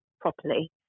properly